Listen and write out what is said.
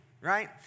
right